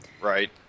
Right